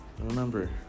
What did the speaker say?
Remember